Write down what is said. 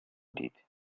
دید